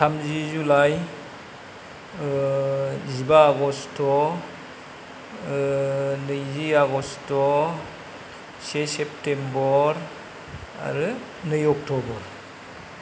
थामजि जुलाइ जिबा आगस्ट नैजि आगस्ट से सेप्टेम्बर आरो नै अक्ट'बर